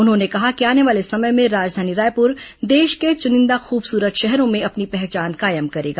उन्होंने कहा कि आने वाले समय में राजधानी रायपुर देश के चुनिंदा खूबसूरत शहरों में अपनी पहचान कायम करेगा